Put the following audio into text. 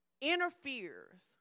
interferes